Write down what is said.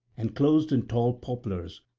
enclosed in tall poplars,